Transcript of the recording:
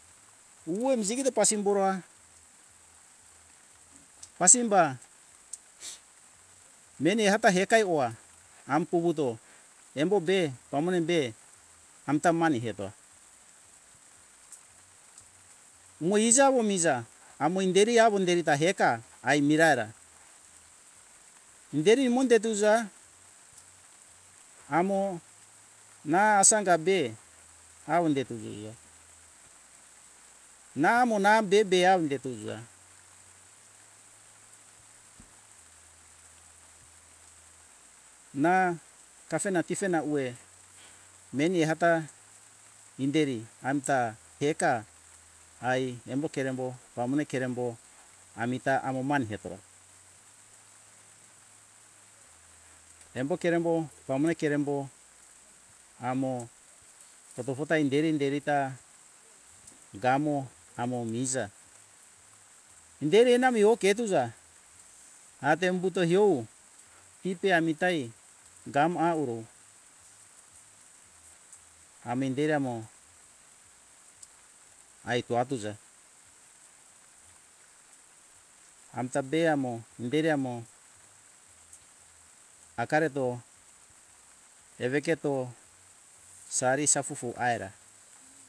Wan jigito pasimbora pasimba meni hata hekai hoa ampuvuto embo be pamone be amta mani etoa mo iji awo miza amo inderi awo inderi ta heka ai miraira inderi monde tuza amo na asanga be awo deto puza namo na be - be ave du tuza na kafen tifena uwe meni ata inderi amta eka ai embo kerembo pamone kerembo amita amo man ketora embo kerembo pamone kerembo amo foto - foto ta inderi - inderi ta gamo amo miza inderi enami or ketuza ate umbuto hio ite amita he gam awuro amindera mo aito atuza amta be amo bere amo akareto eve keto sari safufu aira